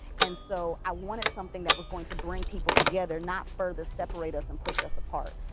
and so i wanted something that was going to bring people together not further separate us and push us apart.